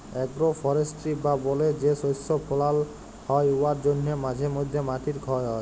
agro forestry বা বলে যে শস্য ফলাল হ্যয় উয়ার জ্যনহে মাঝে ম্যধে মাটির খ্যয় হ্যয়